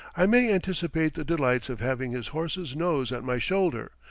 i may anticipate the delights of having his horse's nose at my shoulder,